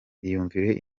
iyumvire